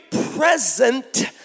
present